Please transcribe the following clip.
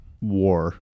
war